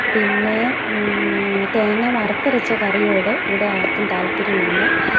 പിന്നെ തേങ്ങ വറുത്തരച്ച കറിയോട് ഇവിടെ ആർക്കും താല്പര്യം ഇല്ല